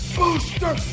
booster